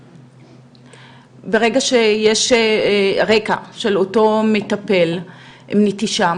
ברגע שיש רקע של אותו מטפל עם נטישה,